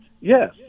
Yes